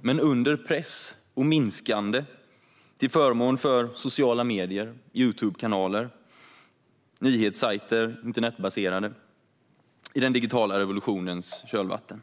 men det är under press och minskande till förmån för sociala medier, Youtube-kanaler och internetbaserade nyhetssajter i den digitala revolutionens kölvatten.